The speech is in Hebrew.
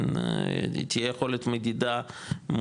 תהיה יכולת מדידה,